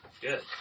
Good